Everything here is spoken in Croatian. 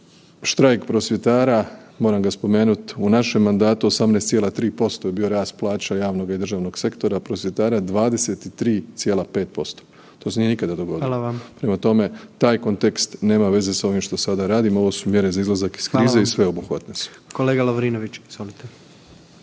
štrajk prosvjetara u našem mandatu, 18,3% je bio rast plaća javnog i državnog sektora, a prosvjetara 23,5%, to se nije nikada dogodilo …/Upadica: Hvala vam./… prema tome taj kontekst nema veze sa ovim što sada radimo, ovo su mjere za izlazak iz krize i sveobuhvatne su.